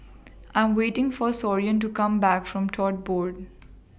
I'm waiting For Soren to Come Back from Tote Board